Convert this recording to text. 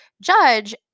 Judge